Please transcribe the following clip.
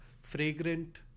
fragrant